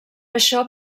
això